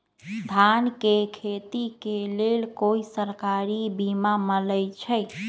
धान के खेती के लेल कोइ सरकारी बीमा मलैछई?